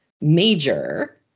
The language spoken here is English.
major